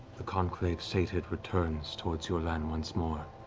the conclave, sated, returns towards your land once more.